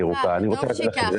לקדם.